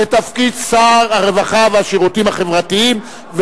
לתפקיד שר הרווחה והשירותים החברתיים,